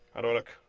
i look?